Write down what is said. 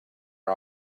are